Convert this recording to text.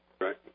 Right